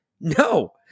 No